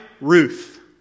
Ruth